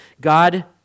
God